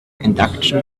induction